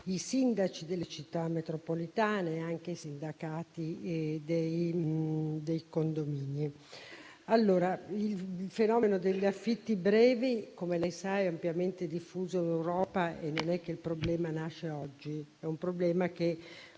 i sindaci delle città metropolitane e i sindacati dei condomini. Il fenomeno degli affitti brevi, come lei sa, è ampiamente diffuso in Europa; non nasce oggi,